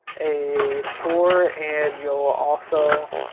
a tour and you'll also